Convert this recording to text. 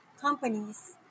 companies